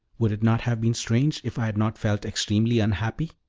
would it not have been strange if i had not felt extremely unhappy?